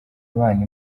abana